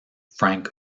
frank